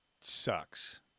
sucks